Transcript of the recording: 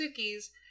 Suki's